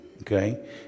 Okay